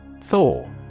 Thor